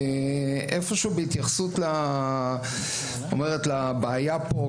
בהתייחסות לבעיה פה,